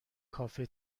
کافه